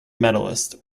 medalist